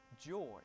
joy